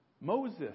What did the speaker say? Moses